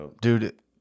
dude